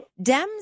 Dems